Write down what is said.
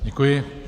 Děkuji.